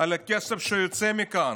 על הכסף שיוצא מכאן,